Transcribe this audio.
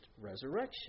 resurrection